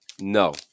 No